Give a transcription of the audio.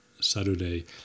Saturday